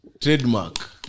trademark